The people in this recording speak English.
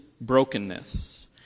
brokenness